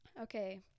Okay